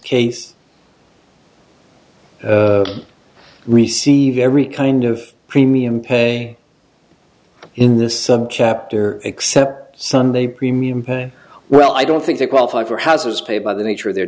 case receive every kind of premium pay in this subchapter except sunday premium pay well i don't think they qualify for houses paid by the nature of their